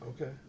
Okay